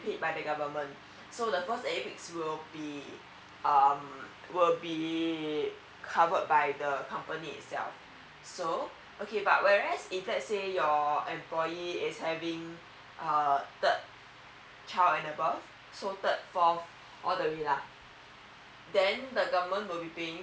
paid by the government so the first eight weeks will be um will be covered by the company itself so okay but whereas if let's say your employee is having uh third child and above so third fourth all the way lah then the government will be paying